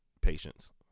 patients